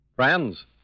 Friends